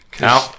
Now